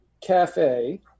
cafe